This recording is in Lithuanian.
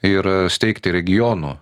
ir steigti regionų